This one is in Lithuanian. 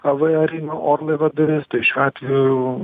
aviarinio orlaivio duris šiuo atveju